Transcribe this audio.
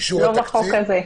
לא בחוק הזה.